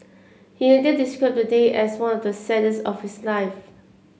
he later described day as one of the saddest of his life